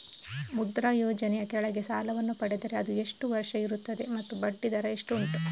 ಮುದ್ರಾ ಯೋಜನೆ ಯ ಕೆಳಗೆ ಸಾಲ ವನ್ನು ಪಡೆದರೆ ಅದು ಎಷ್ಟು ವರುಷ ಇರುತ್ತದೆ ಮತ್ತು ಬಡ್ಡಿ ದರ ಎಷ್ಟು ಉಂಟು?